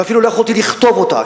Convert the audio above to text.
ואפילו לא יכולתי לכתוב אותה,